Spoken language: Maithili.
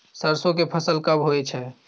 सरसो के फसल कब होय छै?